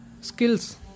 skills